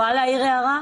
הערה?